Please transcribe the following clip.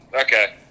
okay